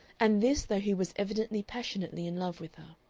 and this though he was evidently passionately in love with her.